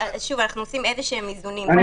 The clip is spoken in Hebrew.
אנחנו עושים איזשהם איזונים.